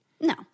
No